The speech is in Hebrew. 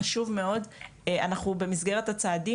חשוב מאוד לומר שאנחנו במסגרת הצעדים